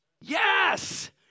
Yes